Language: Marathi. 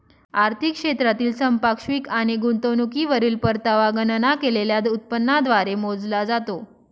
आर्थिक क्षेत्रातील संपार्श्विक आणि गुंतवणुकीवरील परतावा गणना केलेल्या उत्पन्नाद्वारे मोजला जातो